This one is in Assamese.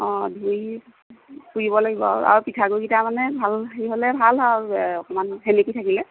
অঁ ধুই পুৰিব লাগিব আৰু আৰু পিঠাগুড়ি কিটা মানে ভাল হেৰি হ'লে ভাল হয় আৰু অকণমান সেমেকি থাকিলে